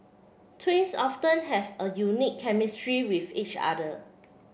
twins often have a unique chemistry with each other